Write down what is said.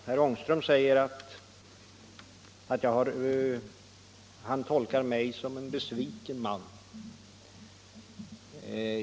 Herr talman! Herr Ångström uppfattar mig som en besviken man.